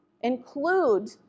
Include